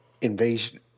Invasion